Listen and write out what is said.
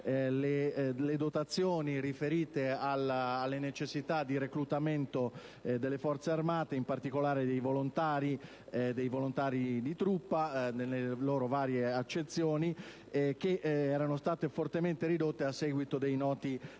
le dotazioni riferite alle necessità di reclutamento delle Forze armate, in particolare dei volontari di truppa nelle loro varie accezioni, che erano state fortemente ridotte a seguito dei noti